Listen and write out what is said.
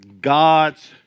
God's